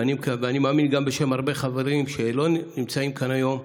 ומאמין שגם בשם הרבה חברים שלא נמצאים כאן היום.